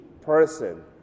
person